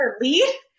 lead